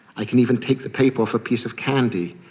i can even take the paper off a piece of candy,